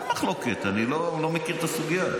אין מחלוקת, אני לא מכיר את הסוגיה.